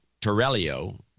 Torello